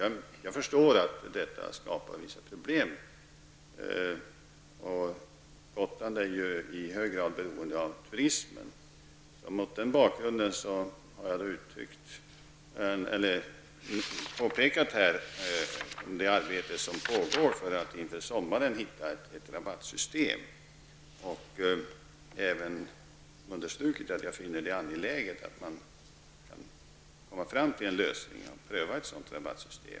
Jag förstår att detta skapar vissa problem, och Gotland är ju i hög grad beroende av turismen. Mot den bakgrunden har jag här pekat på det arbete som pågår för att inför sommaren komma fram till ett rabattsystem. Jag har även understrukit att jag finner det angeläget att man kan komma fram till ett sådant rabattsystem och att ett sådant kan prövas.